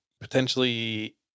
potentially